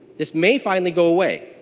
this may finally go away.